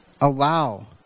allow